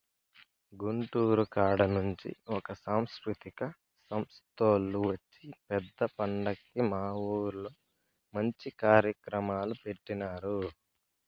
గుంటూరు కాడ నుంచి ఒక సాంస్కృతిక సంస్తోల్లు వచ్చి పెద్ద పండక్కి మా ఊర్లో మంచి కార్యక్రమాలు పెట్టినారు